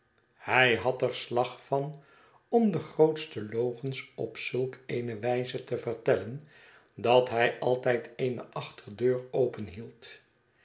hij had er slag van om de grootste logens op zulk eene wijze te vertellen dat hij altijd eene achterdeur openhield